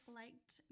liked